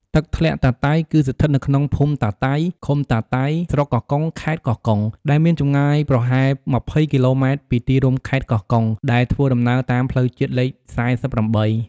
ទឹកធ្លាក់តាតៃ គឺស្ថិតនៅក្នុងភូមិតាតៃ ឃុំតាតៃ ស្រុកកោះកុង ខេត្តកោះកុង ដែលមានចម្ងាយប្រហែល២០គីឡូម៉ែត្រពីទីរួមខេត្តកោះកុង ដែលធ្វើដំណើរតាមផ្លូវជាតិលេខ៤៨។